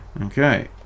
Okay